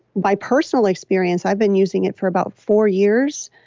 by personal experience, i've been using it for about four years,